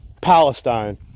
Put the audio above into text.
Palestine